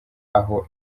aho